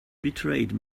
betrayed